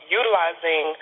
utilizing